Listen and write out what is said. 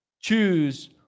choose